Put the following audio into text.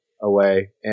away